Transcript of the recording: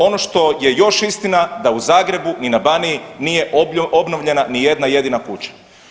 Ono što je još istina da u Zagrebu i na Baniji nije obnovljena nijedna jedina kuća.